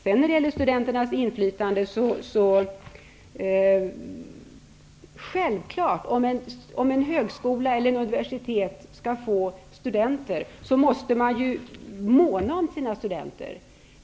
När det sedan gäller studenternas inflytande är det självklart att för att en högskola eller ett universitet skall få studenter måste man där måna om dessa.